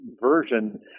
version